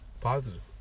Positive